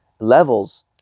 levels